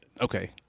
Okay